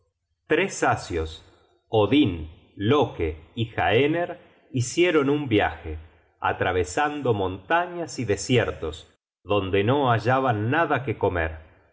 tres asios odin loke y haener hicieron un viaje atravesando montañas y desiertos donde no hallaban nada qne comer